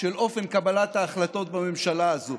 של אופן קבלת ההחלטות בממשלה הזו,